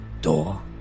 door